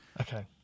Okay